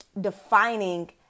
defining